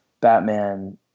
Batman